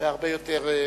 זה הרבה יותר נעים.